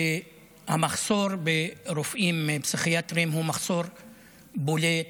שהמחסור ברופאים פסיכיאטריים הוא מחסור בולט,